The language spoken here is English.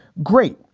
great.